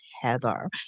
Heather